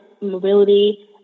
mobility